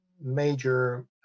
major